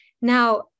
Now